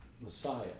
Messiah